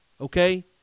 okay